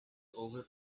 over